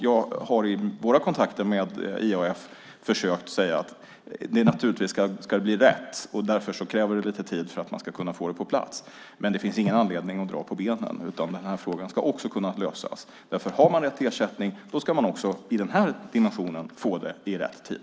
Jag har i våra kontakter med IAF försökt att säga att naturligtvis ska det bli rätt och därför krävs det lite tid för att man ska kunna få det på plats. Men det finns ingen anledning att dra benen efter sig, utan den här frågan ska också kunna lösas. Har man rätt till ersättning ska man också i den här dimensionen få det i rätt tid.